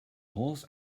horse